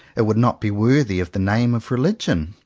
it would not be worthy of the name of religion.